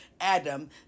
Adam